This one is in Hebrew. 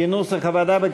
כהצעת הוועדה, נתקבל.